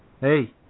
Hey